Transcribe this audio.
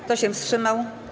Kto się wstrzymał?